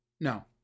No